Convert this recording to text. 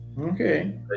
okay